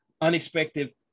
unexpected